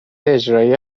اجرایی